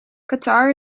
qatar